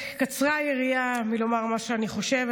קצרה היריעה מלומר את מה שאני חושבת.